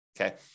okay